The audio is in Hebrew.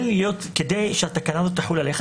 כדי שהתקנה הזאת תחול עליך,